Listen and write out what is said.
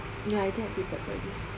ya I think I'm prepared for this